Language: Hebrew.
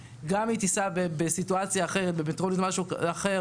אבל גם אם היא תיסע בסיטואציה אחרת במטרונית או במשהו אחר